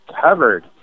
covered